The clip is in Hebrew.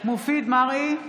מופיד מרעי,